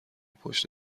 پشت